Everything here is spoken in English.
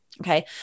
Okay